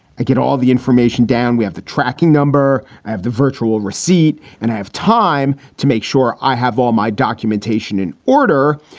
i get all the information down, we have the tracking number. i have the virtual receipt and i have time to make sure i have all my documentation in order,